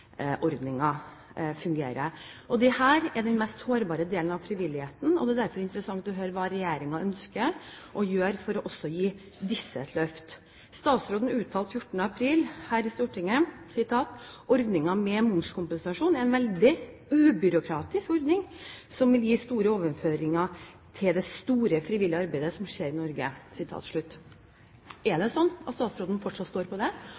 fungerer. Dette er den mest sårbare delen av frivilligheten, og det er derfor interessant å høre hva regjeringen ønsker å gjøre for å gi også disse et løft. Statsråden uttalte 14. april her i Stortinget at ordningen med momskompensasjon «er en veldig ubyråkratisk ordning som vil gi store overføringer til det store, frivillige arbeidet som skjer i Norge». Er det slik at statsråden fortsatt står på det